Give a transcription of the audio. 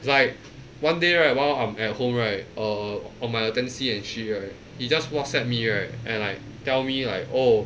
it's like one day right while I'm at home right uh on my and right he just Whatsapp me right and like tell me like oh